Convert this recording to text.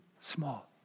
small